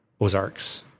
Ozarks